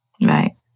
Right